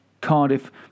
Cardiff